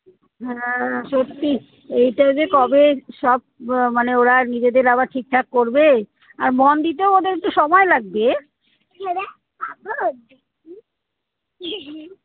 হ্যাঁ হ্যাঁ সত্যি এইটা যে কবে সব ব মানে ওরা নিজেদের আবার ঠিকঠাক করবে আর মন দিতেও ওদের একটু সময় লাগবে